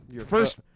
First